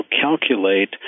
calculate